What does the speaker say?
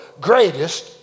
greatest